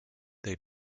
they